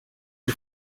iyi